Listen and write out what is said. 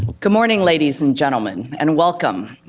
good morning, ladies and gentlemen, and welcome.